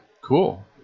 cool